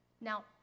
Now